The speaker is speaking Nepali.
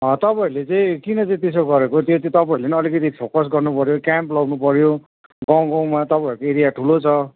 तपाईँहरूले चाहिँ किन चाहिँ त्यसो गरेको त्यति तपाईँहरूले नि अलिकति फोकस गर्नुपऱ्यो क्याम्प लग्नुपऱ्यो गाउँ गाउँमा तपाईँहरूको एरिया ठुलो छ